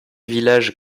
village